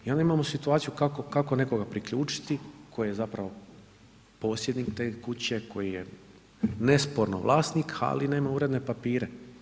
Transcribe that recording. I onda imamo situaciju kako nekoga priključiti tko je zapravo posjednik te kuće, koji je nesporno vlasnik ali nema uredne papire.